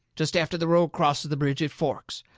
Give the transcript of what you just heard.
jest after the road crosses the bridge it forks.